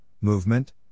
movement